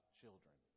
children